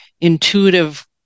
intuitive